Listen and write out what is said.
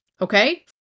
okay